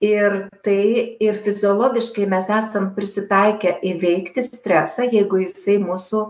ir tai ir fiziologiškai mes esam prisitaikę įveikti stresą jeigu jisai mūsų